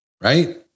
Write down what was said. Right